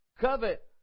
covet